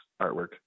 artwork